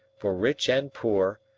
for rich and poor,